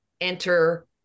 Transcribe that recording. enter